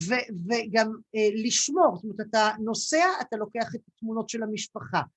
וגם לשמור, זאת אומרת אתה נוסע, אתה לוקח את התמונות של המשפחה